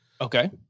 Okay